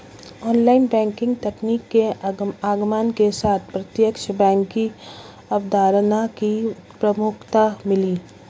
online banking तकनीक के आगमन के साथ प्रत्यक्ष बैंक की अवधारणा को प्रमुखता मिली